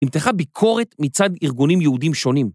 נמתחה ביקורת מצד ארגונים יהודים שונים.